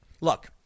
Look